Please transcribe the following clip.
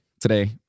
today